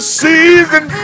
season